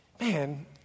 Man